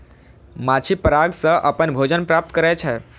माछी पराग सं अपन भोजन प्राप्त करै छै